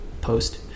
post